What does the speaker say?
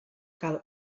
cal